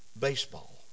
baseball